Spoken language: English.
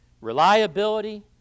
reliability